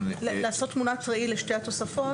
לעשות תמונת ראי לשתי התוספות,